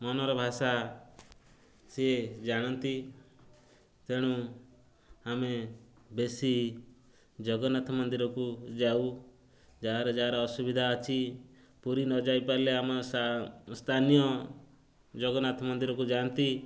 ମନର ଭାଷା ସିଏ ଜାଣନ୍ତି ତେଣୁ ଆମେ ବେଶୀ ଜଗନ୍ନାଥ ମନ୍ଦିରକୁ ଯାଉ ଯାହାର ଯାହାର ଅସୁବିଧା ଅଛି ପୁରୀ ନଯାଇପାରିଲେ ଆମ ସ୍ଥାନୀୟ ଜଗନ୍ନାଥ ମନ୍ଦିରକୁ ଯାଆନ୍ତି